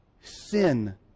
sin